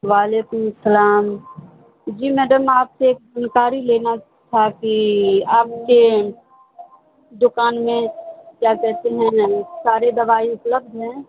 وعلیکم السلام جی میڈم آپ سے ایک جانکاری لینا تھا کہ آپ کے دکان میں کیا کہتے ہیں سارے دوائیں اپلبدھ ہیں